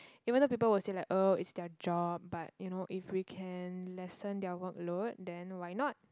even the people will say like oh it's their job but you know if we can lessen their workload then why not